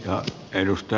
arvoisa puhemies